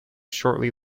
shortly